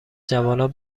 جوانان